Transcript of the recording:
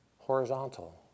Horizontal